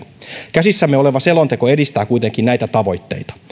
käsissämme oleva selonteko edistää kuitenkin näitä tavoitteita